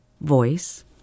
voice